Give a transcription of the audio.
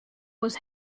was